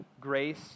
grace